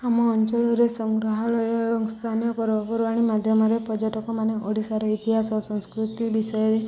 ଆମ ଅଞ୍ଚଳରେ ସଂଗ୍ରହାଳୟ ଏବଂ ସ୍ଥାନୀୟ ପର୍ବପର୍ବାଣୀ ମାଧ୍ୟମରେ ପର୍ଯ୍ୟଟକମାନେ ଓଡ଼ିଶାର ଇତିହାସ ସଂସ୍କୃତି ବିଷୟରେ